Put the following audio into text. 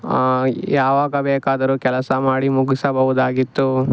ಯಾವಾಗ ಬೇಕಾದರೂ ಕೆಲಸ ಮಾಡಿ ಮುಗಿಸಬಹುದಾಗಿತ್ತು